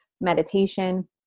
meditation